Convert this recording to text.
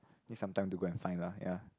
need some time to go and find lah ya